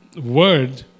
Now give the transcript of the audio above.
word